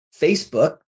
Facebook